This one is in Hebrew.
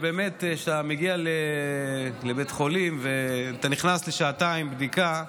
אתה מגיע לבית חולים ואתה נכנס לשעתיים בדיקה,